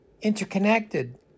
Interconnected